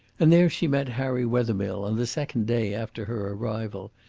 and there she met harry wethermill on the second day after her arrival,